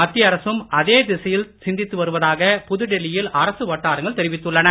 மத்திய அரசும் அதே திசையில் சிந்தித்து வருவதாக புதுடில்லி யில் அரசு வட்டாரங்கள் தெரிவித்துள்ளன